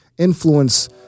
Influence